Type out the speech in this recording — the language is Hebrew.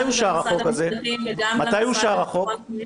במשרד המשפטים וגם למשרד לביטחון פנים.